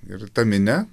ir ta minia